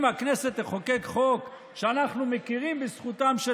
אם הכנסת תחוקק חוק שמכירים בזכותם של